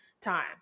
time